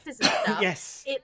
Yes